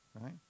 right